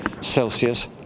Celsius